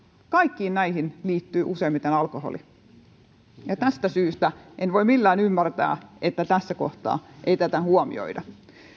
kaikkiin näihin liittyy useimmiten alkoholi tästä syystä en voi millään ymmärtää että tässä kohtaa ei tätä huomioida